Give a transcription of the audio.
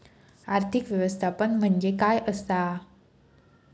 आर्थिक व्यवस्थापन म्हणजे काय असा?